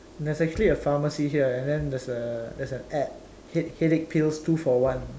there's actually a pharmacy here then there is a there is a ad head headache pills two for one